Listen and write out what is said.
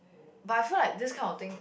but I feel like this kind of thing